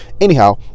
Anyhow